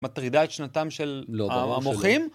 מטרידה את שנתם של המוחים?